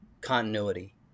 continuity